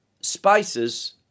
spices